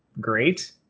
Great